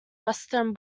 western